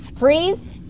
Freeze